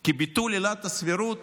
כי ביטול עילת הסבירות